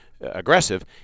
aggressive